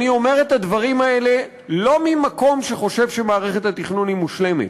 אני אומר את הדברים האלה לא ממקום שחושב שמערכת התכנון מושלמת.